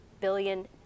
billion